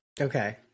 Okay